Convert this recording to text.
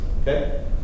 Okay